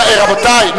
רבותי,